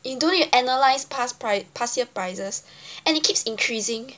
you don't need to analyse past past year prices and it keeps increasing